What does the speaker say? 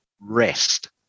rest